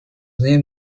named